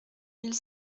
mille